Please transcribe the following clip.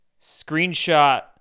Screenshot